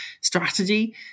strategy